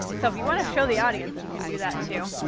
so if you wanna show the audience you can do that too,